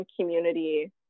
community